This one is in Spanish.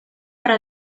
para